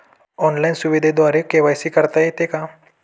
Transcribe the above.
Online सुविधेद्वारे KYC करता येते का?